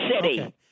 City